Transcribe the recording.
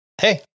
hey